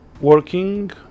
working